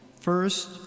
First